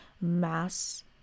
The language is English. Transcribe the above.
mass